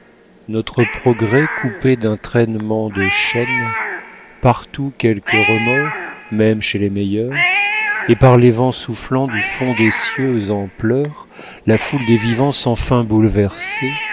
notre progrès coupé d'un traînement de chaînes partout quelque remords même chez les meilleurs et par les vents soufflant du fond des cieux en pleurs la foule des vivants sans fin bouleversée